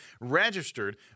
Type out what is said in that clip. registered